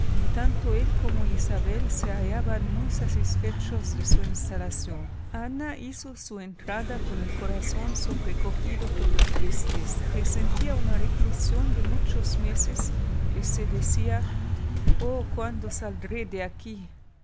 y tanto él como isabel se hallaban muy satisfechos de su instalación ana hizo su entrada con el corazón sobrecogido por la tristeza presentía una reclusión de muchos meses y se decía oh cuándo saldré de aquí